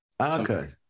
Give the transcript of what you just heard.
Okay